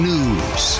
News